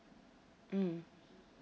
mm